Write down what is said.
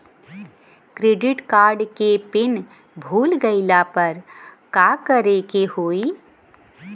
Credit card के pin भूल गईला पर का करे के होई?